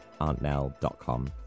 auntnell.com